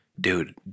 dude